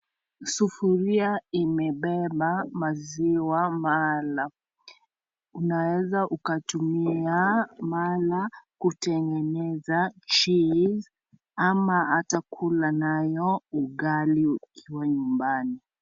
Sufuria imebeba maziwa mala. Unaweza ukatumia mala kutengeneza cheese ama hata kula nayo ugali ukiwa nyumbani.